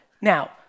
Now